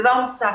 דבר נוסף,